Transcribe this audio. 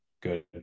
good